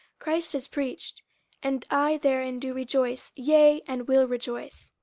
christ is preached and i therein do rejoice, yea, and will rejoice.